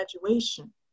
Graduation